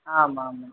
आम् आमाम्